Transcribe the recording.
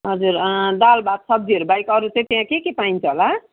हजुर दाल भात सब्जीहरूबाहेक अरू त्यहाँ के के पाइन्छ होला